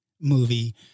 movie